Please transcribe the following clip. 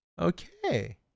Okay